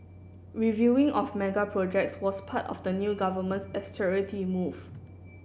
reviewing of mega projects was part of the new government's austerity move